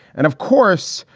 and of course,